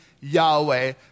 Yahweh